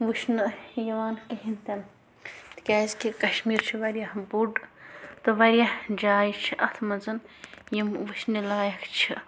وٕچھِنہٕ یِوان کِہِنۍ تہِ نہٕ تِکیٛازِ کہِ کَشمیٖر چھِ واریاہ بوٚڈ تہٕ واریاہ جایہِ چھِ اَتھ منٛز یِم وٕچھِنہٕ لایِق چھِ